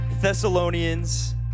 Thessalonians